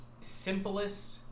simplest